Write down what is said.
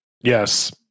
Yes